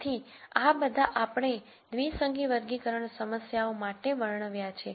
તેથી આ બધા આપણે દ્વિસંગી વર્ગીકરણ સમસ્યાઓ માટે વર્ણવ્યા છે